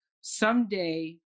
someday